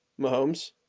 Mahomes